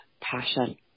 passion